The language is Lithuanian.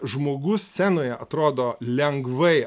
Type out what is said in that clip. žmogus scenoje atrodo lengvai